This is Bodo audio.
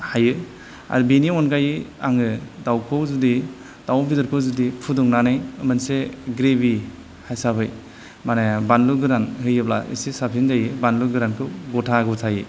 हायो आर बिनि अनगायै आङो दाउखौ जुदि दाउ बेदरखौ जुदि फुदुंनानै मोनसे ग्रेभि हिसाबै माने बानलु गोरान होयोब्ला एसे साबसिन जायो बानलु गोरानखौ गथा गथायै